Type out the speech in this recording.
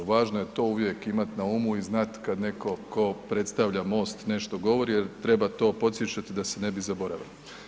Važno je to uvijek imat na umu i znat kad netko tko predstavlja MOST nešto govori jer treba to podsjećati da se ne bi zaboravilo.